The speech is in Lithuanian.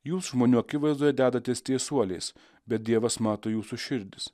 jūs žmonių akivaizdoje dedatės teisuoliais bet dievas mato jūsų širdis